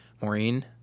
Maureen